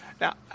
Now